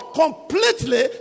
completely